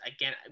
again